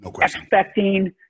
expecting